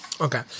Okay